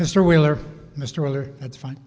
mr wheeler mr miller that's fine